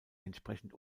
entsprechend